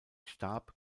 stab